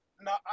no